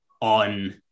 on